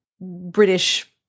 British